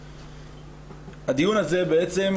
הדיון הזה בעצם,